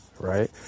right